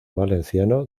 valenciano